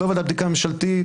לא ועדת בדיקה ממשלתית,